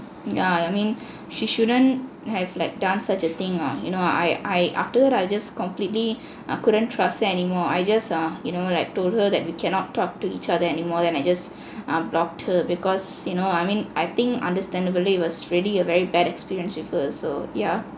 yeah I mean she shouldn't have like done such a thing ah you know I I afterwards I just completely uh couldn't trust her anymore I just uh you know like told her that we cannot talk to each other anymore then I just um blocked her because you know I mean I think understandably it was really a very bad experience with her so yeah